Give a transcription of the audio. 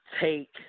take